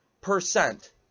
percent